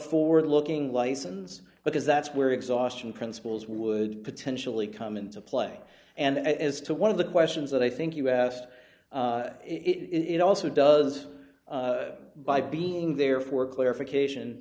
forward looking license because that's where exhaustion principles would potentially come into play and as to one of the questions that i think you asked it also does by being there for clarification